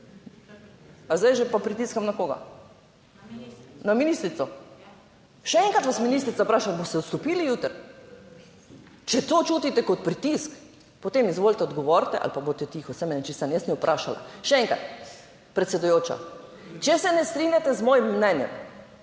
A zdaj že pa pritiskam na koga? Na ministrico? Še enkrat vas ministrica vprašam, boste odstopili jutri? Če to čutite kot pritisk, potem izvolite, odgovorite ali pa bodite tiho, saj meni je čisto vseeno. Jaz sem jo vprašala. Še enkrat, predsedujoča, če se ne strinjate z mojim mnenjem,